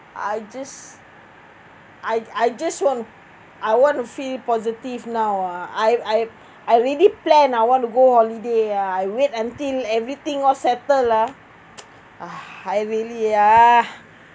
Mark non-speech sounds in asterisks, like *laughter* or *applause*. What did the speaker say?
I just I I just want to I want to feel positive now ah I I I already plan ah want to go holiday ah I wait until everything all settle lah *noise* I really ya